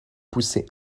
poussée